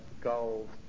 goals